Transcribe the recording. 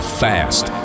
fast